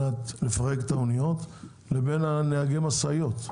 לפרוק את האניות לבין נהגי משאיות.